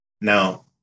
Now